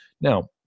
Now